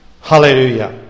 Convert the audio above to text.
Hallelujah